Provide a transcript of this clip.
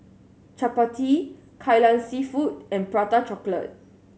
chappati Kai Lan Seafood and Prata Chocolate